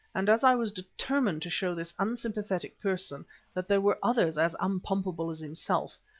and as i was determined to show this unsympathetic person that there were others as unpumpable as himself,